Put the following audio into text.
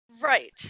Right